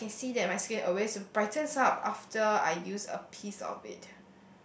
and I can see that my skin always brightens up after I use a piece of it